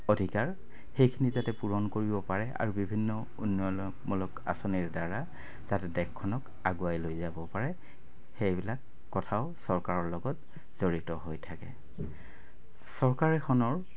অধিকাৰ সেইখিনি যাতে পূৰণ কৰিব পাৰে আৰু বিভিন্ন উন্নয়নমূলক আঁচনিৰদ্বাৰা যাতে দেশখনক আগুৱাই লৈ যাব পাৰে সেইবিলাক কথাও চৰকাৰৰ লগত জড়িত হৈ থাকে চৰকাৰ এখনৰ